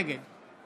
נגד